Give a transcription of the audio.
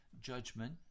judgment